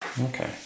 Okay